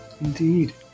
indeed